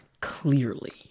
clearly